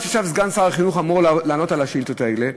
במיוחד שעכשיו סגן שר החינוך אמור לענות על השאילתות האלה,